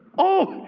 oh,